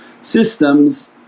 systems